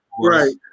Right